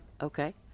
Okay